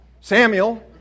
Samuel